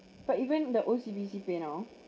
but even the O_C_B_C paynow